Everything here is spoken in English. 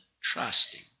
trusting